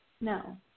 No